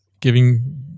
giving